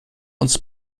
uns